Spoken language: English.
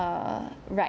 err right